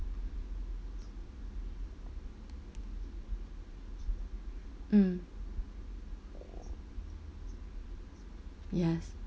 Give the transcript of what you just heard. mm yes